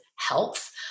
Health